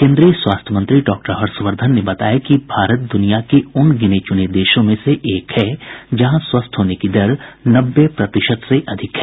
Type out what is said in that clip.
केन्द्रीय स्वास्थ्य मंत्री डॉक्टर हर्षवर्द्वन ने बताया कि भारत द्रनिया के उन गिने चुने देशों में एक है जहां स्वस्थ होने की दर नब्बे प्रतिशत से अधिक है